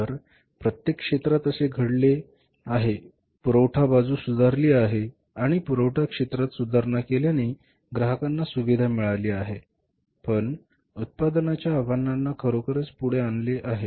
तर प्रत्येक क्षेत्रात असे घडले आहे पुरवठा बाजू सुधारली आहे आणि पुरवठा क्षेत्रात सुधारणा केल्याने ग्राहकांना सुविधा मिळाली आहे पण उत्पादनाच्या आव्हानांना खरोखरच पुढे आणले आहे